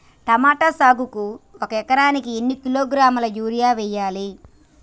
Tomato సాగుకు ఒక ఎకరానికి ఎన్ని కిలోగ్రాముల యూరియా వెయ్యాలి?